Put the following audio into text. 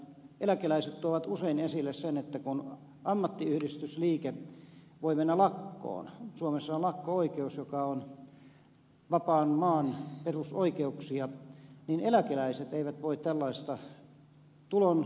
eläkeläiset tuovat usein esille sen että kun ammattiyhdistysliike voi mennä lakkoon suomessa on lakko oikeus joka on vapaan maan perusoikeuksia niin eläkeläiset eivät voi tällaista tulonsaantia edistävää keinoa käyttää